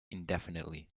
indefinitely